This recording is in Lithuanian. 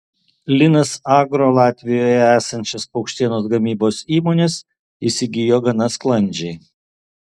linas agro latvijoje esančias paukštienos gamybos įmones įsigijo gana sklandžiai